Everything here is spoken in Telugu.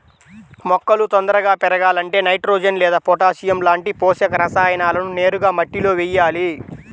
మొక్కలు తొందరగా పెరగాలంటే నైట్రోజెన్ లేదా పొటాషియం లాంటి పోషక రసాయనాలను నేరుగా మట్టిలో వెయ్యాలి